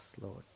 Lord